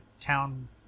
town